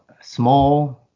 small